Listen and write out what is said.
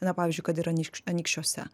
na pavyzdžiui kad ir anyškš anykščiuose